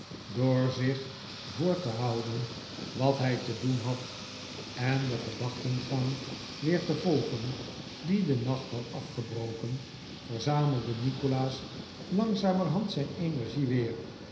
door zich voor te houden wat hij te doen had en den gedachtengang weer te volgen dien de nachthad afgebroken verzamelde nikolaas langzamerhand zijn energie weer